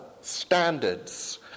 standards